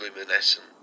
luminescent